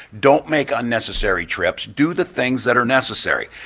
don't make unnecessary trips. do the things that are necessary.